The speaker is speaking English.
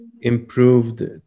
improved